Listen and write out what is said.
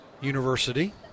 University